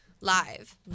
live